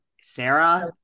Sarah